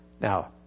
Now